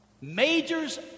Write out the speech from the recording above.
Majors